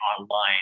online